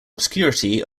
obscurity